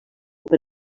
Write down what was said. per